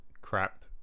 crap